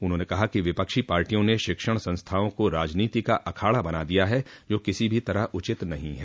उन्होंने कहा कि विपक्षी पार्टियों ने शिक्षण संस्थानों को राजनीति का अखाड़ा बना दिया है जो किसी भी तरह उचित नहीं है